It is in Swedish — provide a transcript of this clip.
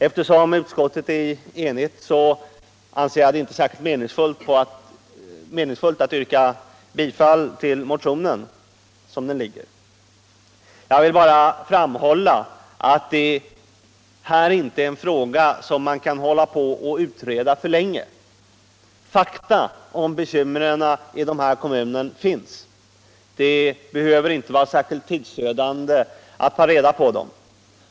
Eftersom utskottet är enigt, anser jag det inte särskilt meningsfullt att yrka bifall till motionen som den ligger. Jag vill bara framhålla att detta inte är en sak man kan hålla på och utreda för länge. Fakta om bekymren i de här kommunerna finns. Det behöver inte vara särskilt tidsödande att sammanställa dem.